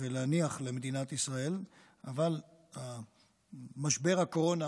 ולהניח למדינת ישראל אבל משבר הקורונה,